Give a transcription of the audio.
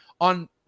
on